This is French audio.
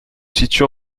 situe